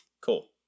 cool